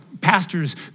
pastors